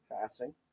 Passing